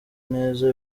neza